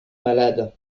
malades